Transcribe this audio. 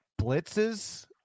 blitzes